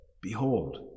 behold